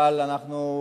אבל אנחנו,